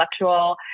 intellectual